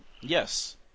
Yes